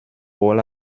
rôle